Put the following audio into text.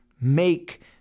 make